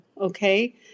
okay